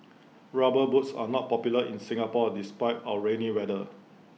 rubber boots are not popular in Singapore despite our rainy weather